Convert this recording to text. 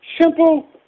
simple